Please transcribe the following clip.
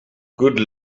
good